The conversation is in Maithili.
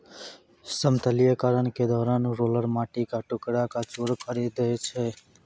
समतलीकरण के दौरान रोलर माटी क टुकड़ा क चूर करी दै छै